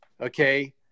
okay